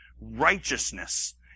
righteousness